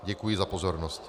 Děkuji za pozornost.